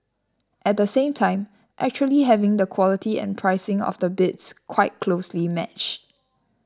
at the same time actually having the quality and pricing of the bids quite closely matched